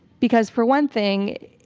because for one thing,